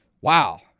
wow